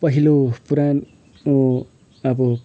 पहिलो पुरानो अब